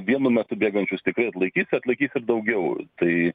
vienu metu bėgančius tikrai atlaikys atlaikys ir daugiau tai